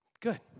Good